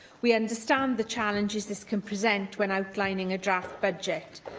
we understand the challenges this can present when outlining a draft budget.